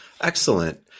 Excellent